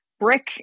brick